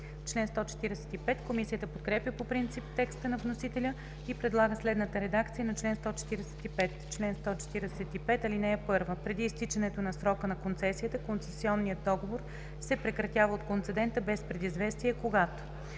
чл. 144. Комисията подкрепя по принцип текста на вносителя и предлага следната редакция на чл. 145: „Чл. 145. (1) Преди изтичането на срока на концесията концесионният договор се прекратява от концедента без предизвестие, когато: